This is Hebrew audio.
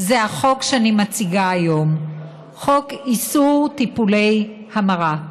זה החוק שאני מציגה היום: חוק איסור טיפולי המרה.